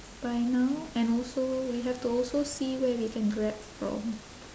by now and also we have to also see where we can grab from